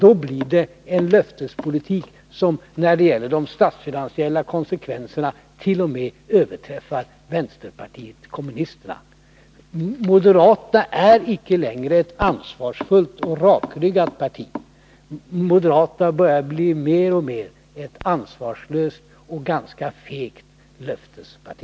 Det innebär en löftespolitik som när det gäller de statsfinansiella konsekvenserna t.o.m. överträffar vänsterpartiet kommunisternas. Moderaterna är icke längre ett ansvarsfullt och rakryggat parti. Moderaterna börjar mer och mer bli ett ansvarslöst och ganska fegt löftesparti.